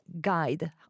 guide